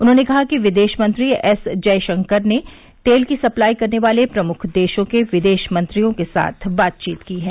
उन्होंने कहा कि विदेश मंत्री एस जयशंकर ने तेल की सप्लाई करने वाले प्रमुख देशों के विदेश मंत्रियों के साथ बातचीत की है